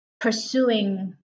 Pursuing